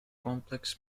complex